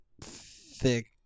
thick